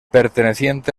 perteneciente